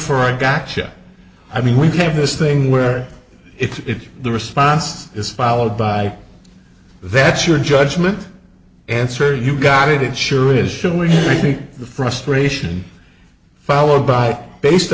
for a gotcha i mean we have this thing where it's the response is followed by that's your judgment answer you got it it sure is showing me the frustration followed by based